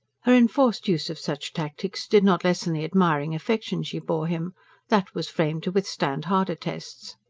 her enforced use of such tactics did not lessen the admiring affection she bore him that was framed to withstand harder tests.